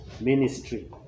ministry